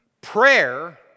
Prayer